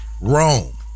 Rome